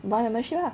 buy membership lah